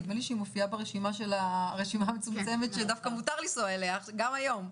נדמה לי שהיא מופיעה ברשימה המצומצמת שדווקא מותר לנסוע אליה גם היום.